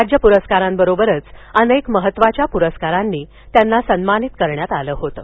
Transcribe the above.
राज्य पुरस्कारांबरोबरच अनेक महत्त्वाच्या पुरस्कारांनी त्यांना सन्मानित करण्यात आलं होतं